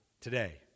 today